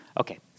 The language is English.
Okay